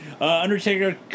Undertaker